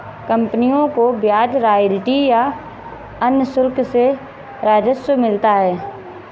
कंपनियों को ब्याज, रॉयल्टी या अन्य शुल्क से राजस्व मिलता है